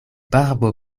barbo